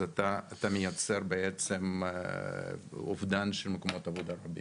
אז אתה מייצר בעצם אובדן של מקומות עבודה רבים,